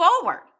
forward